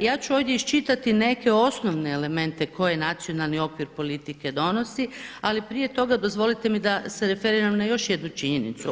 ja ću ovdje iščitati neke osnovne elemente koje nacionalni okvir politike donosi, ali prije toga dozvolite mi da se referiram na još jednu činjenicu.